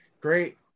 great